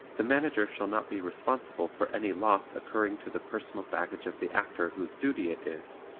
the manager shall not be responsible for any loss occurring to the personal baggage of the actor whose duty it is,